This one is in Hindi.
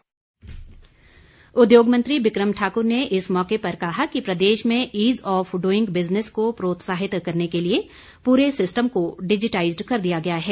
विक्रम ठाकुर उद्योग मंत्री बिकम ठाकुर ने इस मौके पर कहा कि प्रदेश में ईज ऑफ डुईंग बिजनेस को प्रोत्साहित करने के लिए पूरे सिस्टम को डिजिटाईजड कर दिया गया है